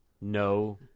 No